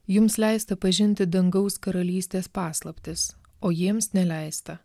jums leista pažinti dangaus karalystės paslaptis o jiems neleista